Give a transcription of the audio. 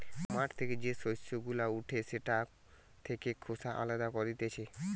মাঠ থেকে যে শস্য গুলা উঠে সেটা থেকে খোসা আলদা করতিছে